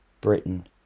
Britain